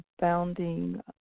bounding